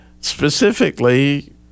specifically